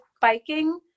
biking